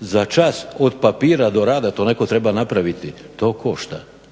za čas od papira do rada, to netko treba napraviti, to košta.